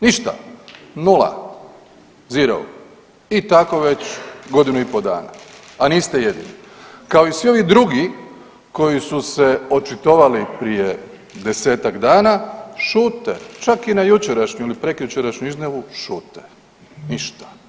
Ništa, nula, zero i tako godinu i pol dana, a niste jedini, kao i svi ovi drugi koji su se očitovali prije 10-tak dana, šute, čak i na jučerašnju ili prekjučerašnju izjavu šute, ništa.